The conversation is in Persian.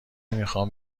میخوام